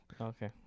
Okay